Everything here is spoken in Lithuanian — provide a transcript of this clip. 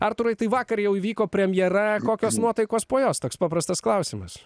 artūrai tai vakar jau įvyko premjera kokios nuotaikos po jos toks paprastas klausimas